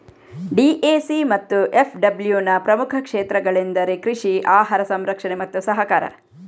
DAC ಮತ್ತು ಎಫ್.ಡಬ್ಲ್ಯೂನ ಪ್ರಮುಖ ಕ್ಷೇತ್ರಗಳೆಂದರೆ ಕೃಷಿ, ಆಹಾರ ಸಂರಕ್ಷಣೆ ಮತ್ತು ಸಹಕಾರ